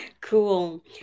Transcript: Cool